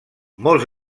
molts